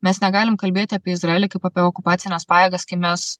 mes negalim kalbėti apie izraelį kaip apie okupacines pajėgas kai mes